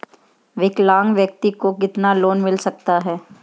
विकलांग व्यक्ति को कितना लोंन मिल सकता है?